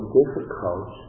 difficult